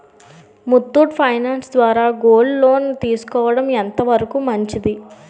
Muthoot finance ద్వారా gold loan తీసుకోవడం ఎంత వరకు మంచిది?